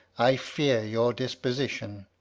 i fear your disposition.